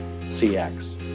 CX